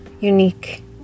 unique